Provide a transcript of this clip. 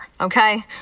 okay